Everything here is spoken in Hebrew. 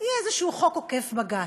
יהיה איזה חוק עוקף בג"ץ.